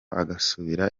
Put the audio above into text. agasubira